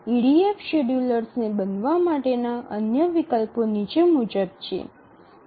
EDF શેડ્યૂલરને બનાવા માટેના અન્ય વિકલ્પો નીચે મુજબ છે